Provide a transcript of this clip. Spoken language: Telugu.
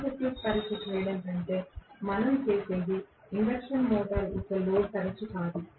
ఓపెన్ సర్క్యూట్ పరీక్ష చేయడం కంటే మనం చేసేది ఇండక్షన్ మోటర్ యొక్క లోడ్ పరీక్ష కాదు